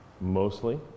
mostly